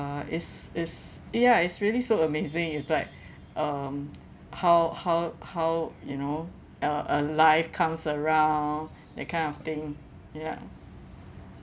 is is ya it's really so amazing it's like um how how how you know uh a life comes around that kind of thing ya